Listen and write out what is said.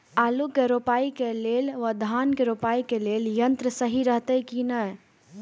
आलु के रोपाई के लेल व धान के रोपाई के लेल यन्त्र सहि रहैत कि ना?